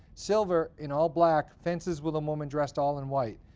silver, in all black, fences with a woman dressed all in white.